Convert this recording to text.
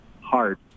hard